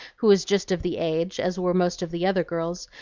who was just of the age, as were most of the other girls,